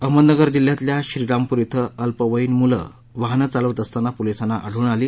अहमदनगर जिल्ह्यातल्या श्रीरामपूर इथं अल्पवयीन मुलं वाहनं चालवत असताना पोलिसांना आढळून आली